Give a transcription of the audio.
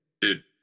Dude